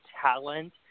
talent